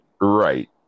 Right